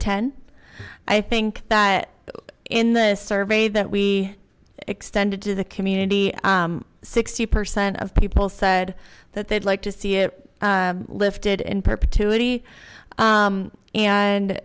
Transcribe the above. ten i think that in the survey that we extended to the community sixty percent of people said that they'd like to see it lifted in